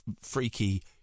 freaky